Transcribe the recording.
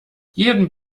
jedem